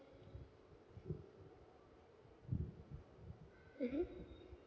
mmhmm